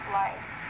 life